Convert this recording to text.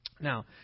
Now